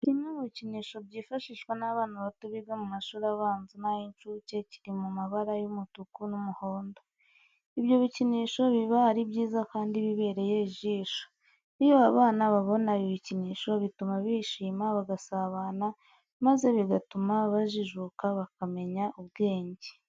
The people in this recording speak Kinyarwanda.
Ni kimwe mu bikinisho byifashishwa n'abana bato biga mu mashuri abanza n'ay'incuke, kiri mu mabara y'umutuku n'umuhondo. Ibyo bikinisho biba ari byiza kandi bibereye ijisho. Iyo bana babona ibi bikinisho bituma bishima, bagasabana maze bigatuma bajijuka bakamenya ubwenge.